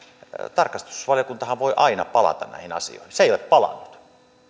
tarkastusvaliokuntahan voi aina palata näihin asioihin se ei ole palannut